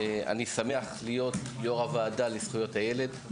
אני שמח להיות יו"ר הוועדה לזכויות הילד.